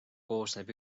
koosneb